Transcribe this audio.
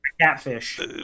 catfish